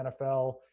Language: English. nfl